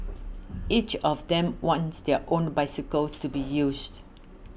each of them wants their own bicycles to be used